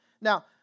now